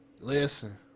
Listen